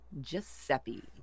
Giuseppe